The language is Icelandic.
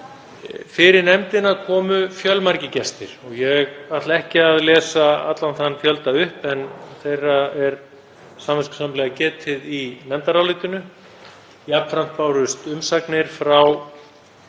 Fyrir nefndina komu fjölmargir gestir og ég ætla ekki að lesa allan þann fjölda upp en þeirra er samviskusamlega getið í nefndarálitinu. Jafnframt bárust umsagnir frá